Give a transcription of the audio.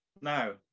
Now